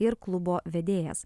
ir klubo vedėjas